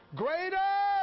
greater